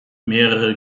mehrere